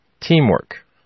teamwork